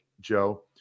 Joe